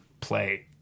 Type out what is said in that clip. play